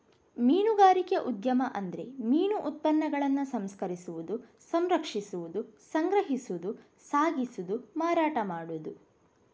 ಮೀನುಗಾರಿಕೆ ಉದ್ಯಮ ಅಂದ್ರೆ ಮೀನು ಉತ್ಪನ್ನಗಳನ್ನ ಸಂಸ್ಕರಿಸುದು, ಸಂರಕ್ಷಿಸುದು, ಸಂಗ್ರಹಿಸುದು, ಸಾಗಿಸುದು, ಮಾರಾಟ ಮಾಡುದು